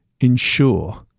ensure